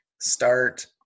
Start